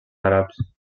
àrabs